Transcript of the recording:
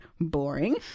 boring